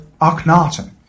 Akhenaten